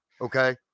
Okay